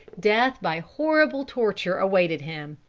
death by horrible torture awaited him.